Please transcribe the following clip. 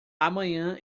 amanhã